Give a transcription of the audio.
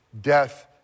death